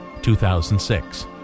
2006